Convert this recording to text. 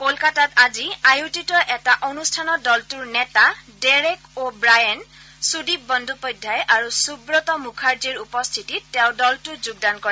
ক'লকাতাত আজি আয়োজিত এটা অনুষ্ঠানত দলটোৰ নেতা Derek O'Brien Sudip Bandyopadhyay আৰু সুৱত মুখাৰ্জীৰ উপস্থিতিত তেওঁ দলটোত যোগদান কৰে